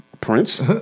Prince